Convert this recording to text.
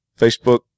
Facebook